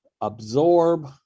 absorb